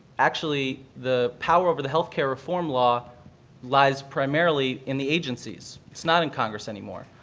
actually the power over the health care reform law lies primarily in the agencies. it's not in congress anymore.